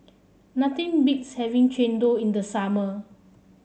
nothing beats having Chendol in the summer